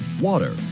water